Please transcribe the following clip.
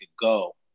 go